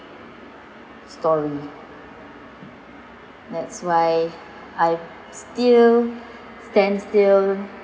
story that's why I still stand still